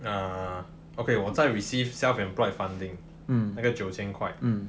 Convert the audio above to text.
ah okay 我在 receive self employed funding 那个九钱块